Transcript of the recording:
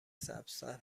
سبزتر